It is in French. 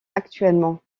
actuellement